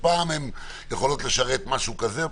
שפעם הן יכולות לשרת משהו כזה,